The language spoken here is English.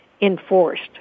enforced